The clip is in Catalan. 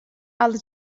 els